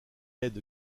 aide